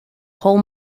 whole